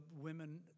women